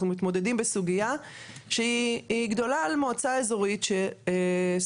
אנחנו מתמודדים בסוגיה שהיא גדולה על מועצה אזורית שסדר